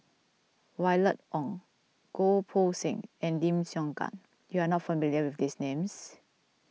Violet Oon Goh Poh Seng and Lim Siong Guan you are not familiar with these names